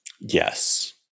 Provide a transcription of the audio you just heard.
Yes